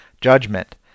judgment